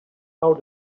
how